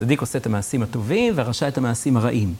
צדיק עושה את המעשים הטובים ורשע את המעשים הרעים.